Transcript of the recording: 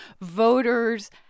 voters